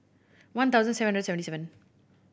one thousand seven hundred seventy seven